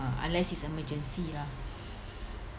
ah unless is emergency ya